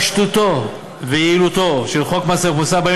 פשטותו ויעילותו של חוק מס ערך מוסף באים